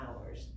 hours